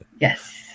Yes